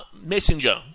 Messenger